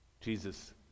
Jesus